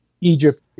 Egypt